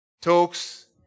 Talks